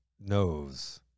knows